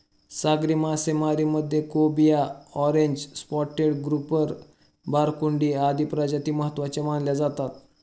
सागरी मासेमारीमध्ये cobia, orange spotted grouper, barramundi आदी प्रजाती महत्त्वाच्या मानल्या जातात